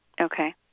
Okay